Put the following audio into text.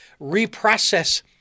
reprocess